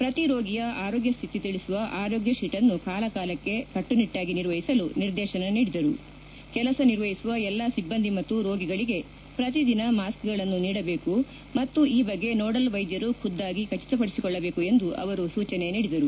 ಪ್ರತಿ ರೋಗಿಯ ಆರೋಗ್ಯ ಸ್ಠಿತಿ ತಿಳಿಸುವ ಆರೋಗ್ಯ ಶೀಟ್ನ್ನು ಕಾಲ ಕಾಲಕ್ಕೆ ಕಟ್ಟುನಿಟ್ಟಾಗಿ ನಿರ್ವಹಿಸಲು ನಿರ್ದೇಶನ ನೀಡಿದರು ಕೆಲಸ ನಿರ್ವಹಿಸುವ ಎಲ್ಲಾ ಸಿಬ್ಬಂದಿ ಮತ್ತು ರೋಗಿಗಳಿಗೆ ಪ್ರತಿದಿನ ಮಾಸ್ಕ್ಗಳನ್ನು ನೀಡಬೇಕು ಮತ್ತು ಈ ಬಗ್ಗೆ ನೋಡಲ್ ವೈದ್ಯರು ಖುದ್ದಾಗಿ ಖಚಿತಪಡಿಸಿಕೊಳ್ಳಬೇಕು ಎಂದು ಅವರು ಸೊಚನೆ ನೀಡಿದರು